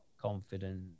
confidence